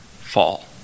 fall